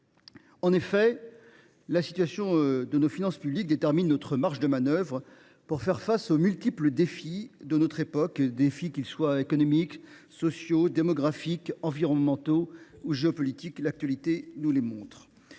En effet, la situation de nos finances publiques détermine nos marges de manœuvre face aux multiples défis de notre époque, qu’ils soient économiques, sociaux, démographiques, environnementaux ou géopolitiques. L’actualité nous le démontre.